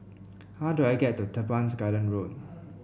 how do I get to Teban Garden Road